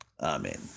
Amen